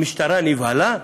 המשטרה נבהלה?